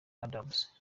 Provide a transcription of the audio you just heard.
adams